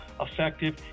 effective